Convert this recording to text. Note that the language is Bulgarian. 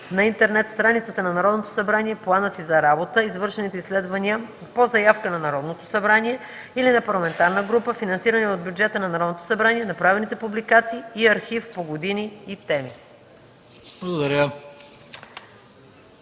на интернет страницата на Народното събрание плана си за работа, извършените изследвания по заявка на Народното събрание или на парламентарна група, финансирани от бюджета на Народното събрание, направените публикации и архив по години и теми.”